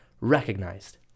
recognized